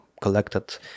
collected